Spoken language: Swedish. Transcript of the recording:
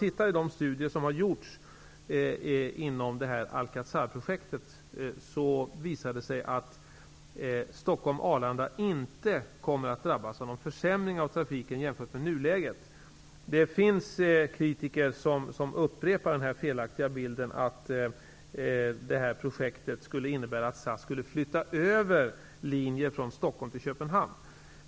I de studier som gjorts inom Alcazarprojektet visar det sig att Stockholm-- Arlanda inte kommer att drabbas av någon försämring av trafiken jämfört med nuläget. Det finns kritiker som upprepar den felaktiga bilden att detta projekt skulle innebära att SAS skulle flytta över linjer från Stockholm till Köpenhamn.